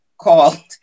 called